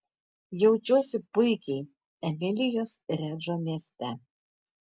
jaučiuosi puikiai emilijos redžo mieste